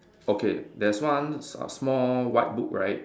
okay there's one s~ small white book right